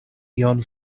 ion